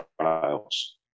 trials